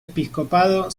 episcopado